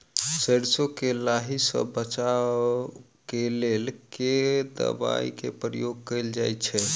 सैरसो केँ लाही सऽ बचाब केँ लेल केँ दवाई केँ प्रयोग कैल जाएँ छैय?